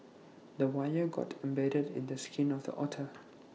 the wire got embedded in the skin of the otter